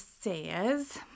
says